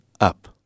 Up